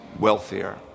wealthier